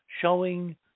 showing